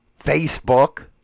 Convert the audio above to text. Facebook